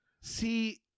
see